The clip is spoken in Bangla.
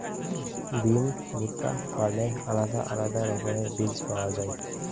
বিন, ভুট্টা, ফার্নের আলাদা আলাদা রকমের বীজ পাওয়া যায়